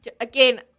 again